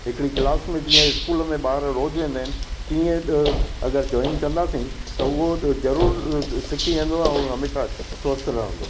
हिकड़ी क्लास में जीअं स्कूल में ॿार रोज़ु वेंदा आहिनि तीअं अगरि जॉइन कंदासीं उहो ज़रूरु स सिखी वेंदो ऐं हमेशह स्वस्थ रहंदो